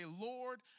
Lord